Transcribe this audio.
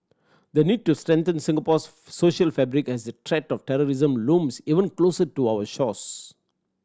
the need to strengthen Singapore's social fabric as the threat of terrorism looms ever closer to our shores